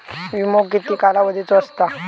विमो किती कालावधीचो असता?